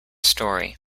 story